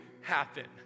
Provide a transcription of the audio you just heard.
happen